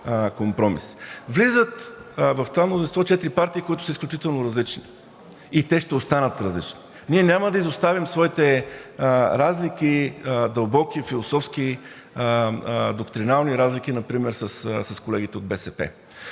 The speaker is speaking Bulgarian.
компромис. Влизат в това мнозинство четири партии, които са изключително различни, и те ще останат различни. Ние няма да изоставим своите разлики – дълбоки, философски, доктринални разлики например с колегите от БСП.